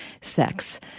sex